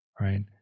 right